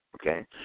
okay